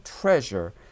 treasure